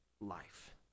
life